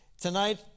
Tonight